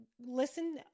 listen